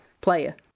player